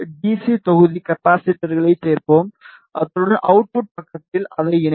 C தொகுதி கப்பாசிட்டரைகளை சேர்ப்போம் அத்துடன் அவுட்புட் பக்கத்தில் அதை இணைப்போம்